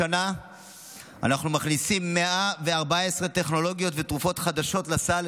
השנה אנחנו מכניסים 114 טכנולוגיות ותרופות חדשות לסל,